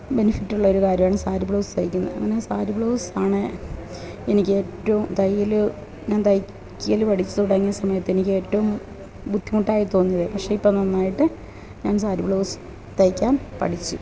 ബെനിഫിറ്റുള്ളൊരു കാര്യമാണ് സാരി ബ്ലൗസ് തയ്ക്കുന്നത് അങ്ങനെ സാരി ബ്ലൗസ് ആണ് എനിക്കേറ്റവും തയ്യല് ഞാന് തയ്യല് പഠിച്ച് തുടങ്ങിയ സമയത്തെനിക്കേറ്റവും ബുദ്ധിമുട്ടായി തോന്നിയത് പക്ഷെ ഇപ്പോള് നന്നായിട്ട് ഞാന് സാരി ബ്ലൗസ് തയ്ക്കാന് പഠിച്ചു